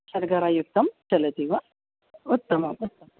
शर्करायुक्तं चलति वा उत्तमम् उत्तमम्